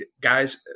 Guys